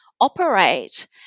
operate